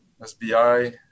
SBI